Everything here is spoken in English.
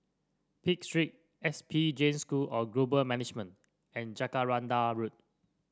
Pitt Street S P Jain School of Global Management and Jacaranda Road